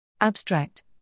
Abstract